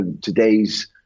today's